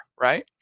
right